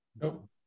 No